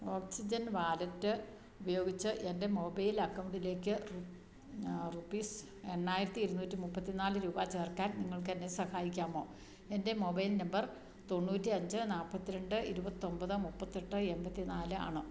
oxygen wallet ഉപയോഗിച്ചു എൻ്റെ mobile അക്കൗണ്ടിലേക്ക് റുപീസ് എണ്ണായിരത്തി ഇരുന്നൂറ്റി മുപ്പത്തി നാല് രൂപ ചേർക്കാൻ നിങ്ങൾക്ക് എന്നെ സഹായിക്കാമോ എൻ്റെ മൊബൈൽ നമ്പർ തൊണ്ണൂറ്റി അഞ്ച് നാൽപ്പത്തി രണ്ട് ഇരുപത്തി ഒമ്പത് മുപ്പത്തി എട്ട് എൺപത്തി നാല് ആണ്